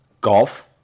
golf